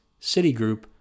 Citigroup